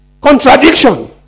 contradiction